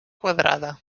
quadrada